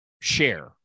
share